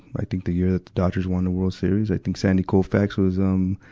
i think the year that the dodgers won the world series. i think sandy koulfax was, um,